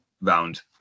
round